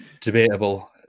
debatable